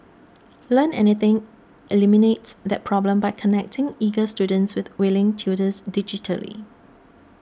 Learn Anything eliminates that problem by connecting eager students with willing tutors digitally